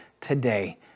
today